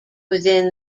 within